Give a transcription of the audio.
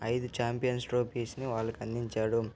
ఐదు ఛాంపియన్స్ ట్రోఫీస్ని వాళ్ళకందించాడు